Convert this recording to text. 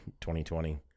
2020